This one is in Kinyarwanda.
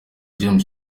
james